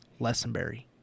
Lessenberry